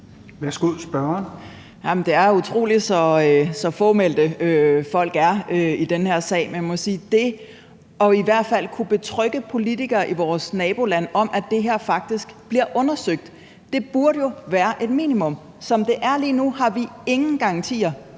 Flyvholm (EL): Det er utroligt, så fåmælte folk er i den her sag. Men man må sige, at det i hvert fald at kunne betrygge politikere i vores nabolande om, at det her faktisk bliver undersøgt, burde være et minimum. Som det er lige nu, har vi ingen garantier